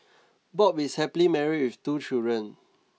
Bob is happily married with two children